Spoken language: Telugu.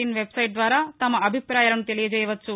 ఇన్ వెబ్సైట్ ద్వారా తమ అభిప్రాయాలను తెలియచేయవచ్చు